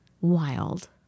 wild